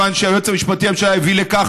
מכיוון שהיועץ המשפטי לממשלה הביא לכך